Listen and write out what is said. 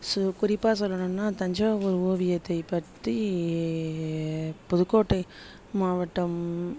so குறிப்பாக சொல்லணுன்னால் தஞ்சாவூர் ஓவியத்தைப் பற்றி புதுக்கோட்டை மாவட்டம்